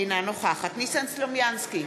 אינה נוכחת ניסן סלומינסקי,